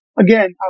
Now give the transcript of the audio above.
again